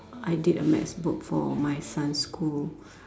I did a math book for my son's school